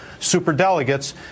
superdelegates